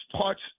parts